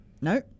No